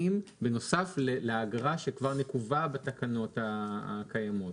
בנוסף לאגרה שכבר נקובה בתקנות הקיימות?